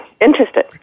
Interested